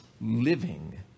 living